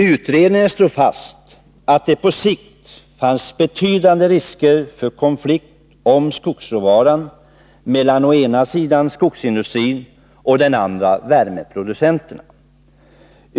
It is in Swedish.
Utredningen slog fast att det på sikt fanns betydande risker för konflikt mellan å ena sidan skogsindustrin och å den andra värmeproducenterna.